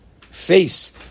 face